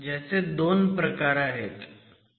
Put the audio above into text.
त्याचे 2 प्रकार आहेत